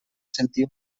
sentir